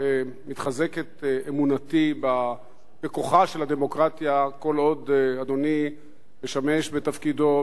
מתחזקת אמונתי בכוחה של הדמוקרטיה כל עוד אדוני משמש בתפקידו,